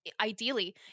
ideally